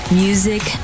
music